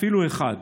אפילו אחד,